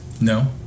No